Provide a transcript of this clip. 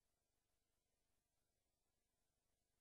ופחות